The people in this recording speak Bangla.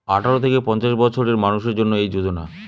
আঠারো থেকে পঞ্চাশ বছরের মানুষের জন্য এই যোজনা